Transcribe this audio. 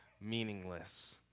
meaningless